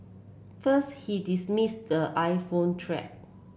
first he dismissed the iPhone threat